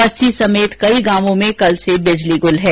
बस्सी समेत कई गांवों में कल से बिजली गुल है